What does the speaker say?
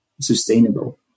sustainable